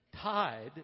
tied